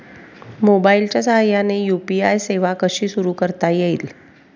मोबाईलच्या साहाय्याने यू.पी.आय सेवा कशी सुरू करता येईल?